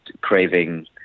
craving